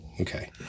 okay